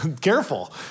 Careful